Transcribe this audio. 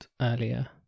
earlier